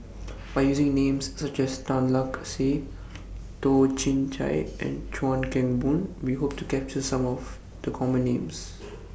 By using Names such as Tan Lark Sye Toh Chin Chye and Chuan Keng Boon We Hope to capture Some of The Common Names